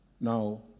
Now